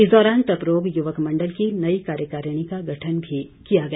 इस दौरान टपरोग युवक मंडल की नई कार्यकारिणी का गठन भी किया गया